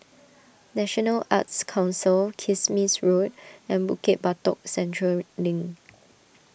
National Arts Council Kismis Road and Bukit Batok Central Link